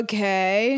Okay